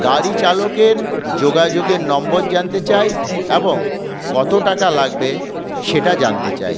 গাড়ি চালকের যোগাযোগের নম্বর জানতে চাই এবং কত টাকা লাগবে সেটা জানতে চাই